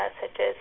messages